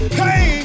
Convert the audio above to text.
hey